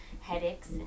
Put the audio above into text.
headaches